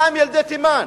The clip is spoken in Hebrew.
מה עם ילדי תימן?